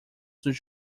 dos